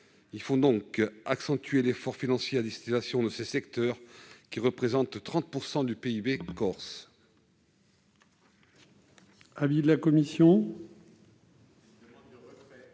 Il faut accentuer l'effort financier à destination de ces secteurs, qui représentent 30 % du PIB de